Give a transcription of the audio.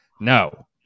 No